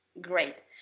great